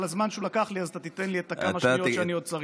על הזמן שהוא לקח לי אז אתה תיתן לי את כמה שניות שאני צריך.